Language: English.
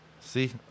See